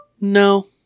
No